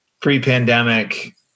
pre-pandemic